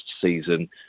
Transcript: season